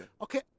Okay